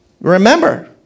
remember